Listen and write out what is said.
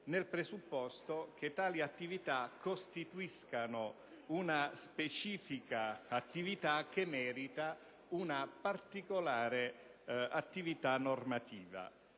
nel presupposto che tali attività costituiscano una specifica attività che merita una particolare attività normativa.